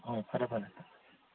ꯍꯣꯏ ꯐꯔꯦ ꯐꯔꯦ